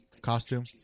costume